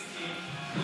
אנרכיסטים,